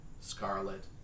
Scarlet